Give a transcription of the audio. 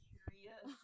Curious